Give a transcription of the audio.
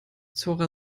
zora